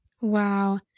Wow